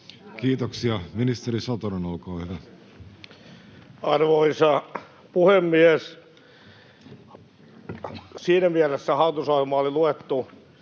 Kiitoksia. — Ministeri Satonen, olkaa hyvä. Arvoisa puhemies! Siinä mielessä tässä kysyjällä oli